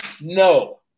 no